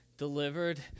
delivered